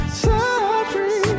sorry